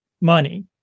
money